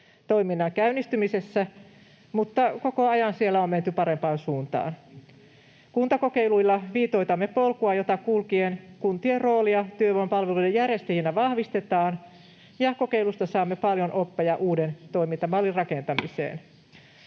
toiminnan käynnistymisessä, mutta koko ajan siellä on menty parempaan suuntaan. Kuntakokeiluilla viitoitamme polkua, jota kulkien kuntien roolia työvoimapalveluiden järjestäjinä vahvistetaan, ja kokeilusta saamme paljon oppeja uuden toimintamallin rakentamiseen.